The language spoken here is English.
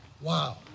Wow